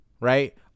Right